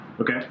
Okay